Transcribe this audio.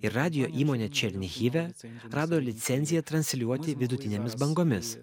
ir radijo įmonė černihive rado licenciją transliuoti vidutinėmis bangomis